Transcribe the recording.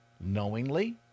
knowingly